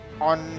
on